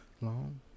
long